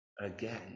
again